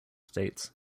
states